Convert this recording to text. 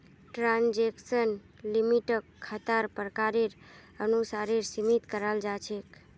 transaction लिमिटक खातार प्रकारेर अनुसारेर सीमित कराल जा छेक